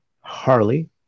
Harley